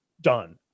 done